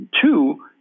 Two